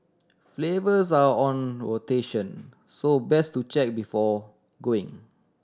flavours are on rotation so best to check before going